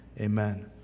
amen